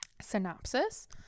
Synopsis